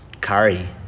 Curry